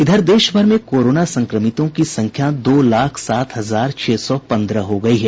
इधर देश भर में कोरोना संक्रमितों की संख्या दो लाख सात हजार छह सौ पंद्रह हो गई है